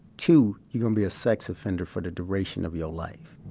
two you gonna be a sex offender for the duration of your life.